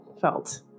felt